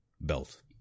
belt